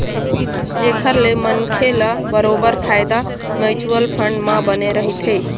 जेखर ले मनखे ल बरोबर फायदा म्युचुअल फंड म बने रहिथे